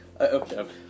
Okay